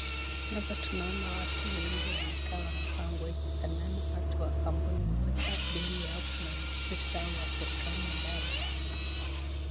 Hapa tunaona watu wengi wanakaa wamevaa nguo imefanana ,watu wa kampuni moja , mbele yao kuna ofisa wa serikali ambaye amesimama.